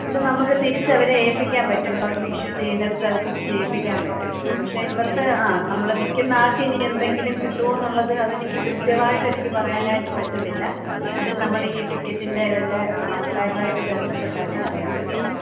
അത് നമുക്ക് തിരിച്ചവരെ ഏൽപ്പിക്കാൻ പറ്റും ലോട്ടറി ഇഷ്യു ചെയ്യുന്നിടത്ത് അത് തിരിച്ച് ഏൽപ്പിക്കാൻ പറ്റും പക്ഷെ ഇവർക്ക് ആ നമ്മള് വിൽക്കുന്ന ആൾക്കിനി എന്തെങ്കിലും കിട്ടുവോ എന്നുള്ളത് അതെനിക്ക് കൃത്യമായിട്ടെനിക്ക് പറയാനായിട്ട് പറ്റുന്നില്ല അത് നമ്മൾ ഈ ടിക്കറ്റിൻ്റെ തന്നെ ആൾക്കാരുവായിട്ട് ബന്ധപ്പെട്ടാലേ അറിയാൻ പറ്റത്തുള്ളൂ